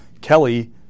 Kelly